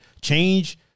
Change